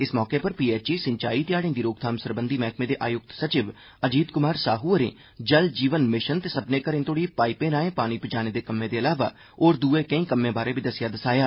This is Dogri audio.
इस मौकें उप्पर पी एच सिंचा ते हाड़ें दी रोकथाम साबंधी मैहकमें दे आयुक्त सचिव अजीत कुमार साह् होरें जल जीवन मिशन ते सब्बनै घरें तोहड़ी पा पें राहें पानी पजाने दे कम्में दे अलावा होरे दूये कें कम्में बारै बी दस्सेआ दसाया